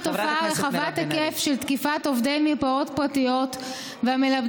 תופעה רחבת היקף של תקיפת עובדי מרפאות פרטיות ומלמדים